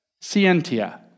scientia